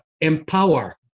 empower